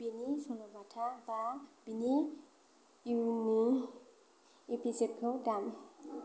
बिनि सल'बाथा बा बिनि इयुननि एपिसदखौ दाम